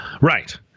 Right